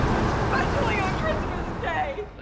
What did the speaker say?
especially on christmas day.